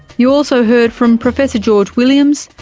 you also heard from professor george williams,